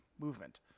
movement